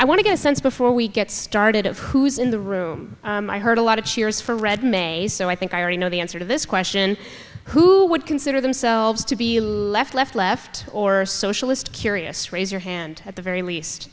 i want to get a sense before we get started of who's in the room i heard a lot of cheers for red maze so i think i already know the answer to this question who would consider themselves to be left left left or socialist curious raise your hand at the very least